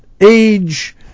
Age